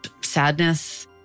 sadness